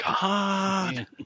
God